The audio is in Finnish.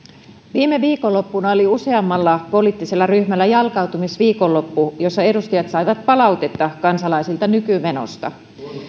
viime viikonloppuna oli useammalla poliittisella ryhmällä jalkautumisviikonloppu jossa edustajat saivat palautetta kansalaisilta nykymenosta